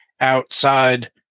outside